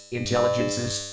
intelligences